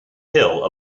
hill